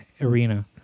arena